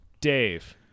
Dave